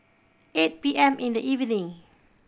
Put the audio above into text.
eight P M in the evening